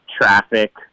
traffic